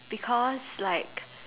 because like